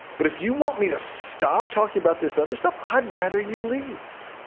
but if you want me to stop talking about this other stuff, i'd rather you leave.